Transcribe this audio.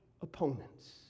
opponents